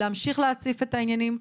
להמשיך להציף את העניינים,